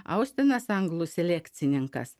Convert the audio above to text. austinas anglų selekcininkas